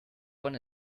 one